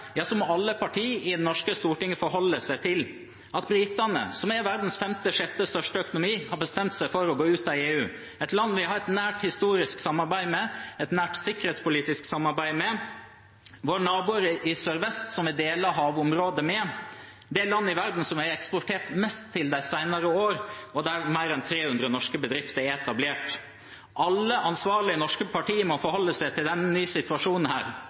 alle partier i det norske Stortinget forholde seg til at britene, som er verdens femte–sjette største økonomi, har bestemt seg for å gå ut av EU. Det er et land vi har et nært historisk samarbeid med og et nært sikkerhetspolitisk samarbeid med, de er våre naboer i sørvest som vi deler havområder med, og det landet i verden som vi har eksportert mest til de senere år, der mer enn 300 norske bedrifter er etablert. Alle ansvarlige norske partier må forholde seg til denne nye situasjonen.